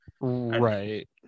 Right